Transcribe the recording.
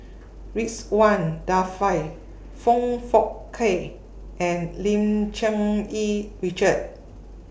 Ridzwan Dzafir Foong Fook Kay and Lim Cherng Yih Richard